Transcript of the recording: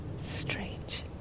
Strange